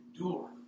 Endure